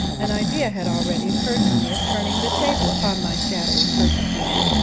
an idea had already occurred to me of turning the table upon my shadowy persecutor.